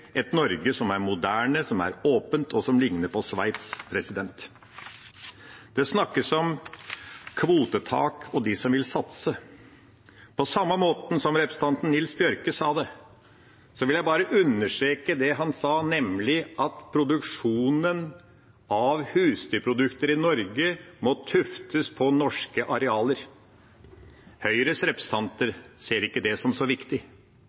et Norge som er moderne, som er åpent, og som ligner på Sveits. Det snakkes om kvotetak og de som vil satse. På samme måten som representanten Nils Bjørke sa det, vil jeg bare understreke at produksjonen av husdyrprodukter i Norge må tuftes på norske arealer. Høyres representanter ser ikke det som så viktig.